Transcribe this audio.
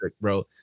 bro